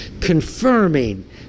confirming